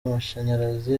amashanyarazi